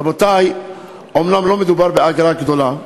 רבותי, אומנם לא מדובר באגרה גדולה,